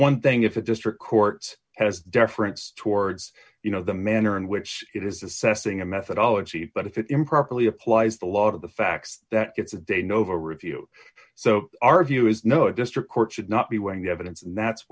one thing if a district court has deference towards you know the manner in which it is assessing a methodology but if it improperly applies the lot of the facts that it's a de novo review so our view is no district court should not be weighing the evidence and that's